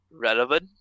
relevant